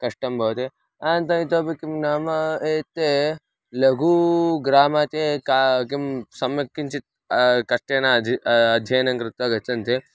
कष्टं भवति अनन्तरम् इतोपि किं नाम एते लघु ग्रामाात् ये का किं सम्यक् किञ्चित् कष्टेन अधिकं अध्ययनं कृत्वा गच्छन्ति